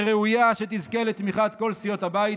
וראויה שתזכה לתמיכת כל סיעות הבית.